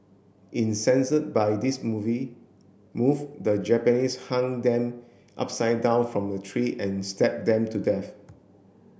by this movie move the Japanese hung them upside down from a tree and stabbed them to death